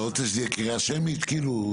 אתה רוצה שזה יהיה הצבעה שמית כאילו?